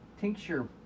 tincture